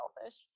selfish